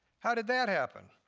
ow did that happen?